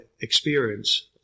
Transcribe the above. experience